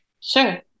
Sure